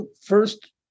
first